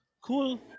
Cool